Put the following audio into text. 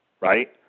Right